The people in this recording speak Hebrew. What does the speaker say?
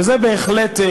וזה בהחלט,